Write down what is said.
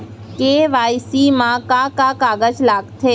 KYC मा का का कागज लगथे?